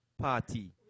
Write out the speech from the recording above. party